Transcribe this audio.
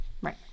right